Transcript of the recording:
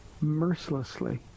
mercilessly